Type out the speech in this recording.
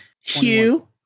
Hugh